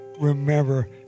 Remember